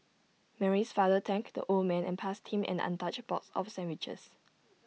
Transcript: Mary's father thanked the old man and passed him an untouched box of sandwiches